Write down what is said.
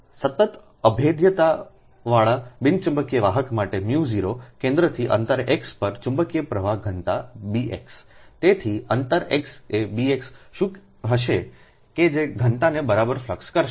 તેથી સતત અભેદ્યતાવાળા બિન ચુંબકીય વાહક માટેµ0કેન્દ્રથી અંતરે x પર ચુંબકીય પ્રવાહ ઘનતા Bx તેથી અંતરે x એ Bx શું હશે કે જે ઘનતાને ફ્લક્સ કરશે